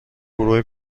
گروه